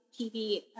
tv